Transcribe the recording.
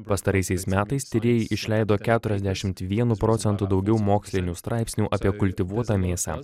pastaraisiais metais tyrėjai išleido keturiasdešim vienu procentu daugiau mokslinių straipsnių apie kultivuotą mėsą